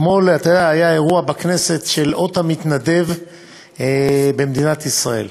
אתמול היה אירוע בכנסת של אות המתנדב במדינת ישראל.